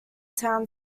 town